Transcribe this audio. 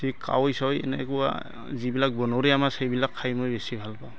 যি কাৱৈ চায়ৈ এনেকুৱা যিবিলাক বনৰীয়া আমাৰ সেইবিলাক খাই মই বেছি ভাল পাওঁ